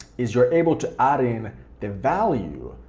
is you're able to add in the value,